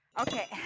Okay